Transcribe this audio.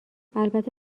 البته